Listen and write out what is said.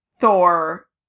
Thor